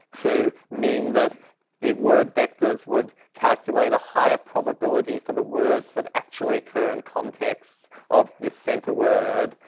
to mean, that the word vectors would calculate a higher probability for the words that actually occur in contexts of this center word.